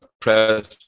press